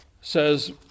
says